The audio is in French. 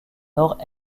nord